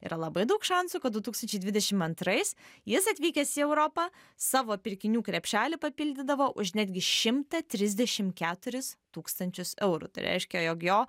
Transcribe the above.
yra labai daug šansų kad du tūkstančiai dvidešim antrais jis atvykęs į europą savo pirkinių krepšelį papildydavo už netgi šimtą trisdešim keturis tūkstančius eurų tai reiškia jog jo